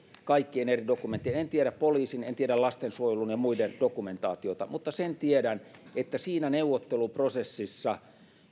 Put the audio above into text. kaikkia eri dokumentteja en tiedä poliisin en tiedä lastensuojelun ja muiden dokumentaatiota mutta sen tiedän että siinä neuvotteluprosessissa